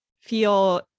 feel